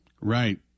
Right